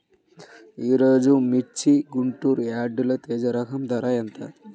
ఈరోజు మిర్చి గుంటూరు యార్డులో తేజ రకం ధర ఎంత?